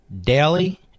daily